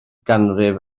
ganrif